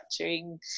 structuring